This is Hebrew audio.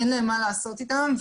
אין להם מה לעשות איתם.